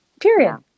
period